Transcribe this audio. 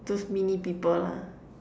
those mini people lah